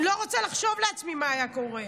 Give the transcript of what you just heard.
אני לא רוצה לחשוב לעצמי מה היה קורה.